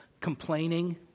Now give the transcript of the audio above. complaining